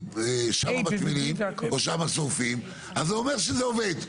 שם שורפים, אז זה אומר שזה עובד.